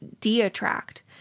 de-attract